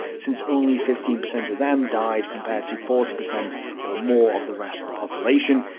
since only fifteen percent of them died compared to forty percent or more of the rest of the population,